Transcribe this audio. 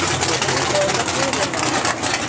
knitting fills up leisure moments,